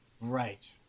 right